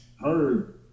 heard